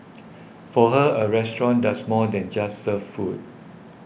for her a restaurant does more than just serve food